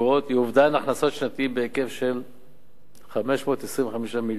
היא אובדן הכנסות שנתי בהיקף של 525 מיליון ש"ח.